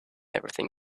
everything